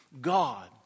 God